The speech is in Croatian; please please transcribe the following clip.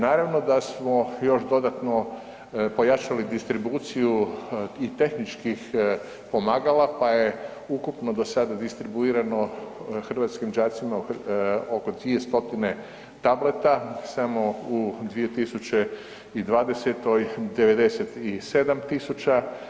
Naravno da smo još dodatno pojačali distribuciju i tehničkih pomagala, pa je ukupno do sada distribuirano hrvatskim đacima oko 200 tableta, samo u 2020. 97.000.